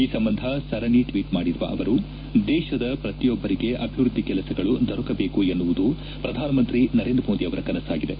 ಈ ಸಂಬಂಧ ಸರಣಿ ಟ್ಷೀಟ್ ಮಾಡಿರುವ ಅವರು ದೇಶದ ಪ್ರತಿಯೊಬ್ಬರಿಗೆ ಅಭಿವೃದ್ದಿ ಕೆಲಸಗಳು ದೊರಕಬೇಕು ಎನ್ನುವುದು ಪ್ರಧಾನಮಂತ್ರಿ ನರೇಂದ್ರ ಮೋದಿ ಅವರ ಕನಸಾಗಿದೆ